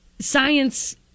science